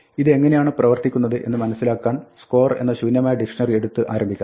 ഇത് എങ്ങിനെയാണ് പ്രവർത്തിക്കുന്നത് എന്ന് മനസ്സിലാക്കാൻ score എന്ന ശൂന്യമായ ഡിക്ഷ്ണറി എടുത്ത് ആരംഭിക്കാം